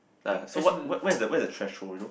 ya so what what where's the where's the threshold you know